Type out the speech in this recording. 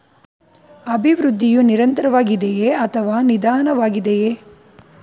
ಅಭಿವೃದ್ಧಿಯು ನಿರಂತರವಾಗಿದೆಯೇ ಅಥವಾ ನಿಧಾನವಾಗಿದೆಯೇ?